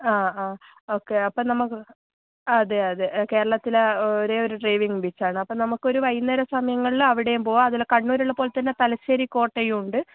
ആ ആ ഓക്കെ അപ്പോൾ നമുക്ക് അതെയതെ കേരളത്തിലെ ഒരേയൊരു ഡ്രൈവിംഗ് ബീച്ച് ആണ് അപ്പോൾ നമുക്കൊരു വൈകുന്നേരം സമയങ്ങളിൽ അവിടെയും പോവാം അതുപോലെ കണ്ണൂരുള്ളത് പോലെ തന്നെ തലശ്ശേരി കോട്ടയുമുണ്ട്